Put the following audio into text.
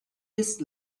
this